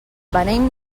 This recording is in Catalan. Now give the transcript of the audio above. venim